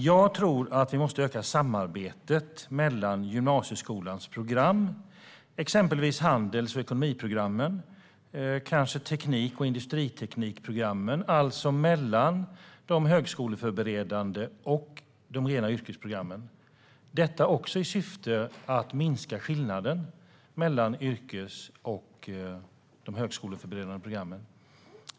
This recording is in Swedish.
Jag tror att vi måste öka samarbetet mellan gymnasieskolans program - exempelvis handels och ekonomiprogrammen och kanske teknik och industriteknikprogrammen - alltså mellan de högskoleförberedande programmen och de rena yrkesprogrammen, också detta i syfte att minska skillnaden mellan yrkesprogrammen och de högskoleförberedande programmen.